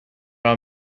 are